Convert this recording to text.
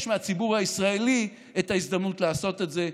מהציבור הישראלי את ההזדמנות לעשות את זה.